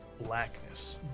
blackness